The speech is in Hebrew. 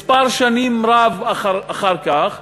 מספר שנים רב אחר כך,